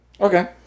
Okay